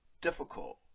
difficult